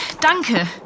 Danke